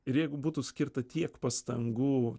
ir jeigu būtų skirta tiek pastangų